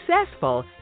successful